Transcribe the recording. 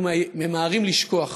אנחנו ממהרים לשכוח.